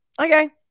Okay